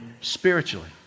spiritually